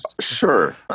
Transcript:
Sure